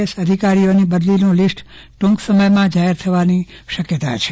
S અધિકારીઓની બદલીનું list ટૂક સમયમાં જાહેર થવાની પણ શક્યાતાઓ છે